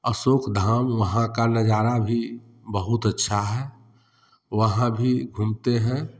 अशोक धाम वहाँ का नज़ारा भी बहुत अच्छा है वहाँ भी घूमते हैं